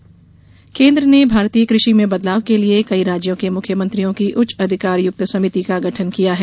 कृषि समिति केन्द्र ने भारतीय कृषि में बदलाव के लिए कई राज्यों के मुख्यमंत्रियों की उच्च अधिकार युक्त समिति का गठन किया है